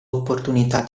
opportunità